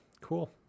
Cool